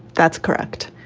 that's correct.